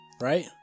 Right